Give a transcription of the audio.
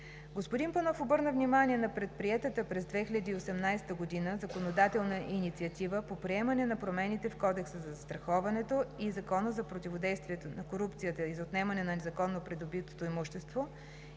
Господин Панов обърна внимание на предприетата през 2018 г. законодателна инициатива по приемане на промените в Кодекса за застраховането и Закона за противодействие на корупцията и за отнемане на незаконно придобитото имущество